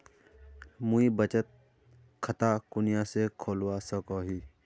मुई बचत खता कुनियाँ से खोलवा सको ही?